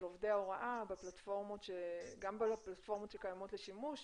של עובדי ההוראה בפלטפורמות שקיימות לשימוש